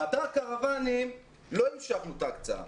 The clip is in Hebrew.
באתר קרוואנים לא אישרנו את ההקצאה.